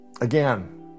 Again